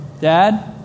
dad